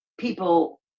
People